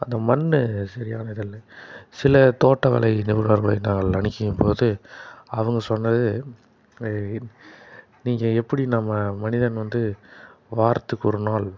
அந்த மண்ணு சரியான இது இல்லை சில தோட்ட வேலை நிபுணர்களை நான் அணுகியபோது அவங்க சொன்னது நீங்கள் எப்படி நம்ம மனிதன் வந்து வாரத்திற்கு ஒரு நாள்